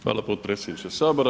Hvala potpredsjedniče Sabora.